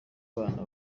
bana